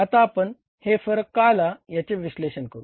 आता आपण हे फरक का आला याचे विश्लेषण करू